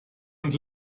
und